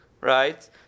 right